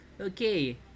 Okay